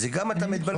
זה גם אתה מתבלבל.